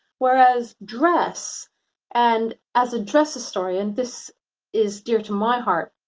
whereas dress and as a dress historian, this is dear to my heart.